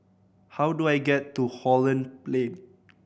how do I get to Holland Plain